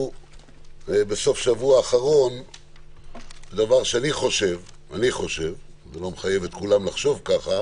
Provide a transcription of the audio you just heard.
דבר שאני חושב, ואני לא מחייב את כולם לחשוב ככה,